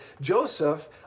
Joseph